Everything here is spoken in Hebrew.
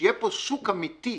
שיהיה פה שוק אמיתי.